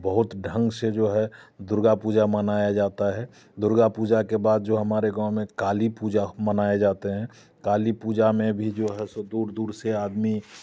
बोहुत ढंग से जो है दुर्गा पूजा मनाया जाता है दुर्गा पूजा के बाद जो हमारे गांव में काली पूजा मनाया जाते हैं काली पूजा में भी जो है सो दूर दूर से आदमी